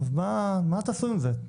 אז מה תעשו עם זה?